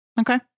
Okay